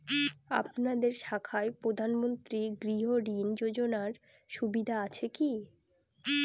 আপনাদের শাখায় প্রধানমন্ত্রী গৃহ ঋণ যোজনার সুবিধা আছে কি?